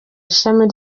ishami